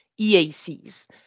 EACs